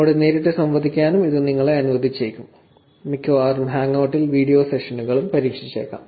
എന്നോട് നേരിട്ട് സംവദിക്കാനും ഇത് നിങ്ങളെ അനുവദിക്കും മിക്കവാറും ഹാങ്ഔട്ട്ടിൽ വീഡിയോ സെഷനുകൾ പരീക്ഷിച്ചേക്കാം